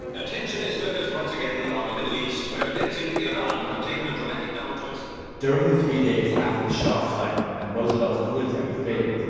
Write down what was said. attention is focused once again on the middle east, where events in iran have taken a dramatic double twist during the three days after the shah fled and roosevelt's coup attempt failed.